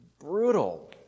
brutal